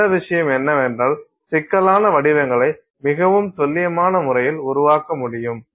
நல்ல விஷயம் என்னவென்றால் சிக்கலான வடிவங்களை மிகவும் துல்லியமான முறையில் உருவாக்க முடியும்